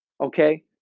Okay